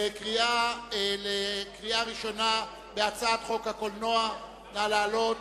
לקריאה ראשונה בהצעת חוק הקולנוע (הוראת שעה) (תיקון מס' 2). נא לעלות.